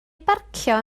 barcio